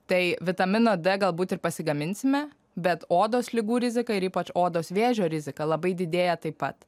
tai vitamino d galbūt ir pasigaminsime bet odos ligų rizika ir ypač odos vėžio rizika labai didėja taip pat